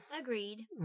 Agreed